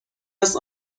است